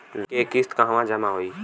Loan के किस्त कहवा जामा होयी?